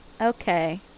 Okay